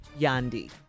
Yandi